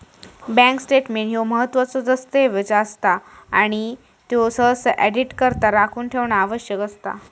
bank statement ह्यो महत्त्वाचो दस्तऐवज असता आणि त्यो सहसा ऑडिटकरता राखून ठेवणा आवश्यक असता